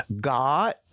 God